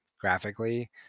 graphically